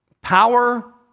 power